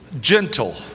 gentle